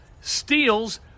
steals